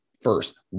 first